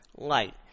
Light